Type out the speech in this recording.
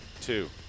Two